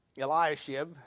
Eliashib